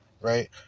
right